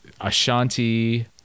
Ashanti